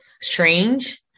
strange